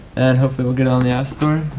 and hopefully we'll get it on the app store.